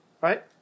right